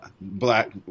black